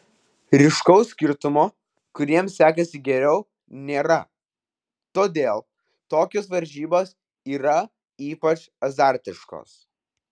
ryškaus skirtumo kuriems sekasi geriau nėra todėl tokios varžybos yra ypač azartiškos